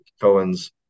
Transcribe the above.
Cohen's